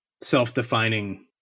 self-defining